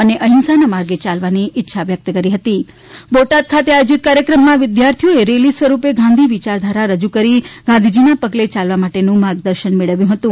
અને અહિંસાના માર્ગે યાલવાની ઇચ્છા વ્યક્ત કરી હતી બોટાદ ખાતે આયોજિત કાર્યક્રમમાં વિદ્યાર્થીઓએ રેલી સ્વરૂપે ગાંધી વિયારધારા રજૂ કરી ગાંધીજીના પગલે યાલવા માટેનું માર્ગદર્શન મેળવ્યું હતું